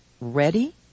ready